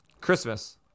Christmas